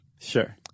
sure